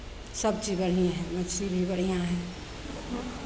सभचीज बढ़िएँ हइ मछली भी बढ़िआँ हइ